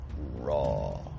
raw